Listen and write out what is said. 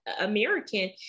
American